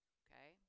okay